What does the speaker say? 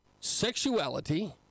sexuality